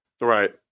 right